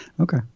Okay